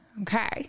okay